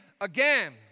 again